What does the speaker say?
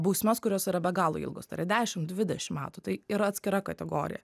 bausmes kurios yra be galo ilgos tai yra dešim dvidešim metų tai yra atskira kategorija